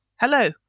hello